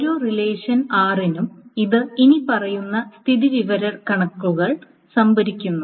ഓരോ relation r നും ഇത് ഇനിപ്പറയുന്ന സ്ഥിതിവിവരക്കണക്കുകൾ സംഭരിക്കുന്നു